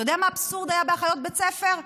אתה יודע מה היה האבסורד באחיות בית ספר?